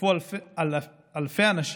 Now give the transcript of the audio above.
השתתפו אלפי אנשים,